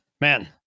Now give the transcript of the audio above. Man